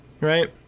right